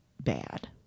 bad